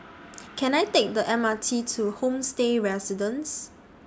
Can I Take The M R T to Homestay Residences